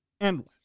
endless